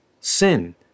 sin